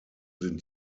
sind